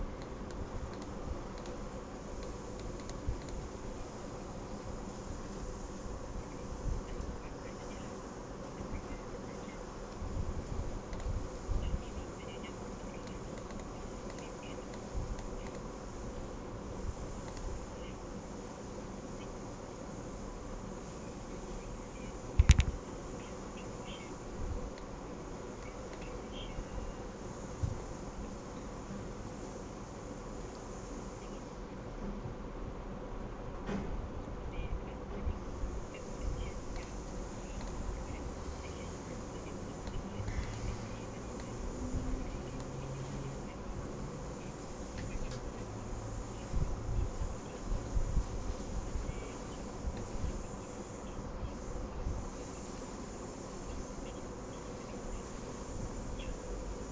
ya mm